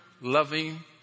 loving